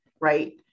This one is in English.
right